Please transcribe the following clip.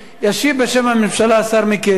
ישיב בשם הממשלה השר מיקי איתן.